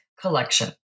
collection